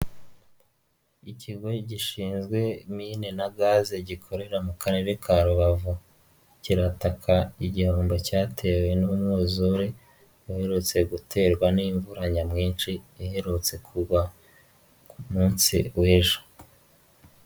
Ikigo gishinzwe mine na gaze gikorera mu Karere ka Rubavu kirataka igihombo cyatewe n'umwuzure, uherutse guterwa n'imvura nyinshi iherutse kugwa ku munsi w'ejo.